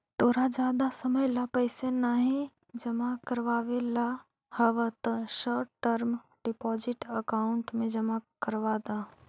तोरा जादा समय ला पैसे नहीं जमा करवावे ला हव त शॉर्ट टर्म डिपॉजिट अकाउंट में जमा करवा द